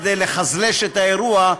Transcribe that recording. כדי לחזלש את האירוע,